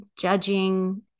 judging